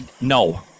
no